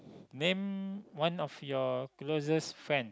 name one of your closest friend